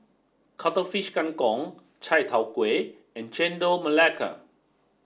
Cuttlefish Kang Kong Chai Tow Kuay and Chendol Melaka